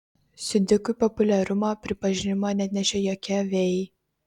siudikui populiarumo pripažinimo neatnešė jokie vėjai